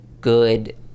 good